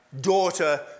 daughter